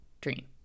Dream